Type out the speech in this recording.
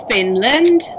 Finland